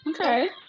Okay